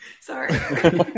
Sorry